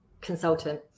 consultant